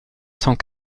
cent